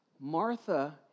Martha